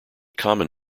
common